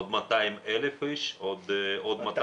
עוד 200,000 איש, או עוד 200?